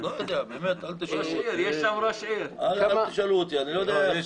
אל תשאלו אותי.